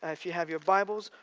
if you have your bibles,